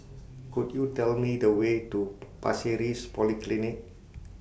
Could YOU Tell Me The Way to Pasir Ris Polyclinic